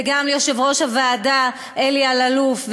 וגם ליושב-ראש הוועדה אלי אלאלוף,